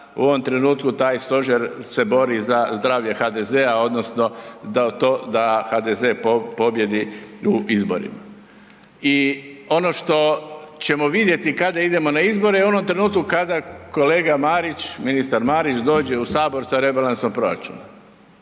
u ovom, trenutku taj stožer se bori za zdravlje HDZ-a odnosno da HDZ pobijedi u izborima. I ono što ćemo vidjeti kada idemo na izbore, u onom trenutku kada kolega Marić, ministar Marić dođe u Sabor sa rebalansom proračuna.